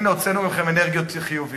הנה, הוצאנו מכם אנרגיות חיוביות.